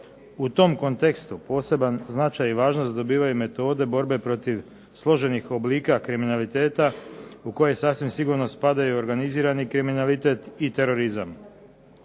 U tom kontekstu poseban značaj i važnost dobivaju metode borbe protiv složenih oblika kriminaliteta u koje sasvim sigurno spadaju organizirani kriminalitet i terorizam.